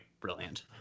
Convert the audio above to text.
brilliant